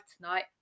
tonight